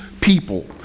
people